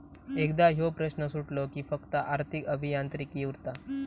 एकदा ह्यो प्रश्न सुटलो कि फक्त आर्थिक अभियांत्रिकी उरता